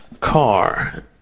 car